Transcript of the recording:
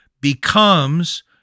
becomes